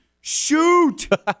Shoot